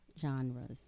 genres